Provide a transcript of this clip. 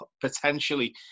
potentially